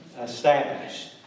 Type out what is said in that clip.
established